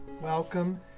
Welcome